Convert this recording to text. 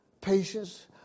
patience